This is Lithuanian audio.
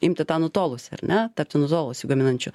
imti tą nutolusią ar ne tapti nutolusiu gaminančiu